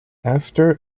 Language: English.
after